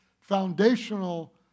foundational